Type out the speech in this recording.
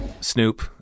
Snoop